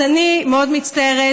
אז אני מאוד מצטערת,